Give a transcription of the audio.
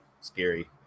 scary